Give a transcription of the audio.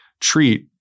treat